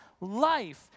life